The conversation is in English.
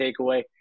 takeaway